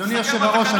אדוני היושב-ראש,